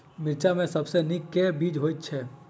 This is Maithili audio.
मिर्चा मे सबसँ नीक केँ बीज होइत छै?